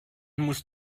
musst